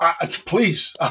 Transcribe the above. please